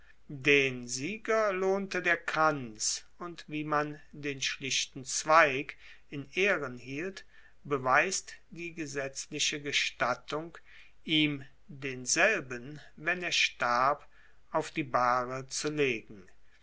den sieger lohnte der kranz und wie man den schlichten zweig in ehren hielt beweist die gesetzliche gestattung ihm denselben wenn er starb auf die bahre zu legen